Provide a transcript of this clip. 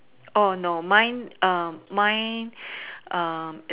oh no mine um mine um